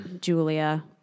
Julia